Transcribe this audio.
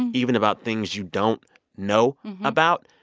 and even about things you don't know about.